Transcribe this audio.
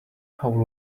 how